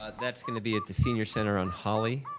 ah that's going to be at the senior center on holly.